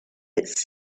its